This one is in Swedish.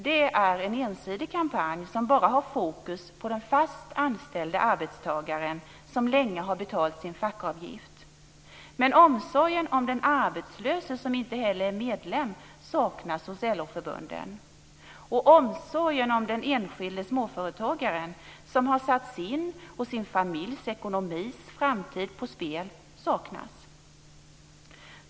Det är en ensidig kampanj som bara har fokus på den fast anställde arbetstagaren som länge har betalat sin fackavgift. Omsorgen om den arbetslöse som inte heller är medlem saknas hos LO-förbunden. Omsorgen om den enskilde småföretagaren som har satt sin och sin familjs ekonomis framtid på spel saknas.